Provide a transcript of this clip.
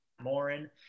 Morin